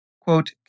quote